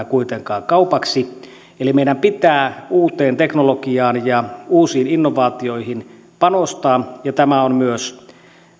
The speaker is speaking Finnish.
kuitenkaan kaupaksi eli meidän pitää uuteen teknologiaan ja uusiin innovaatioihin panostaa ja tämä on myös